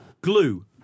Glue